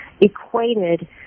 equated